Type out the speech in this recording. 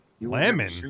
Lemon